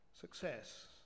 success